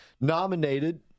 nominated